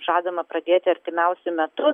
žadama pradėti artimiausiu metu